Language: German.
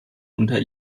unter